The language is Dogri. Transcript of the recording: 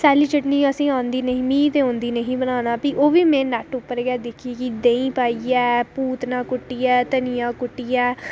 सैल्ली चटनी असेंगी आंदी नेईं मिगी ते आंदी नेईं ही बनाना ओह्बी में नेट पर गै दिक्खी ही देहीं पाइयै पुदना कुट्टियै धनियां कुट्टियै